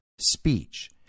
speech